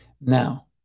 Now